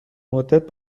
مدت